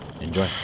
Enjoy